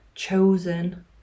chosen